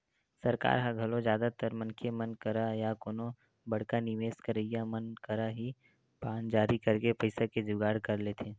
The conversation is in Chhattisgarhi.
सरकार ह घलो जादातर मनखे मन करा या कोनो बड़का निवेस करइया मन करा ही बांड जारी करके पइसा के जुगाड़ कर लेथे